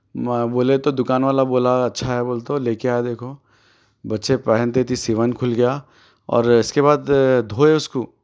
بولے تو دکان والا بولا اچھا ہے بول تو لے کے آیا دیکھو بچے پہنتے تو سیون کھل گیا اور اس کے بعد دھوئے اس کو